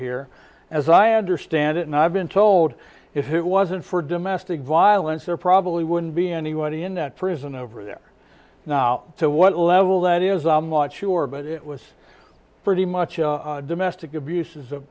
here as i understand it and i've been told if it wasn't for domestic violence there probably wouldn't be anybody in that prison over there now to what level that is a much sure but it was pretty much a domestic abuse is